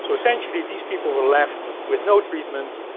so essentially, these people were left with no treatment.